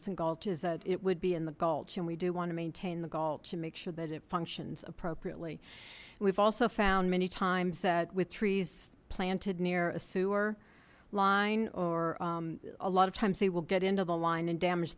gulch is that it would be in the gulch and we do want to maintain the goal to make sure that it functions appropriately we've also found many times that with trees planted near a sewer line or a lot of times they will get into the line and damage